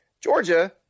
Georgia